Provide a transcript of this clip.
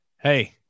Hey